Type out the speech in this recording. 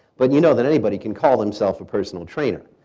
but you know that anybody can call themself a personal trainer.